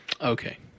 Okay